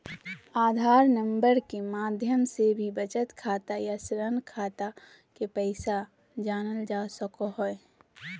आधार number के माध्यम से भी बचत खाता या ऋण खाता के पैसा जानल जा सको हय